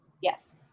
Yes